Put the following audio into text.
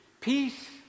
Peace